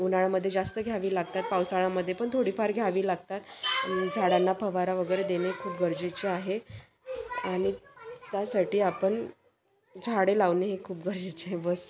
उन्हाळ्यामध्ये जास्त घ्यावी लागतात पावसाळ्यामध्ये पण थोडीफार घ्यावी लागतात झाडांना फवारा वगैरे देणे खूप गरजेचे आहे आणि त्यासाठी आपण झाडे लावणे हे खूप गरजेचे बस